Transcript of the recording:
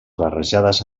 barrejades